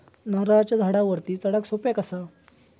नारळाच्या झाडावरती चडाक सोप्या कसा?